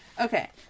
Okay